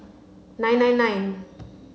nine nine nine